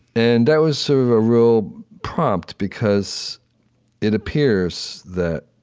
and that was sort of a real prompt, because it appears that,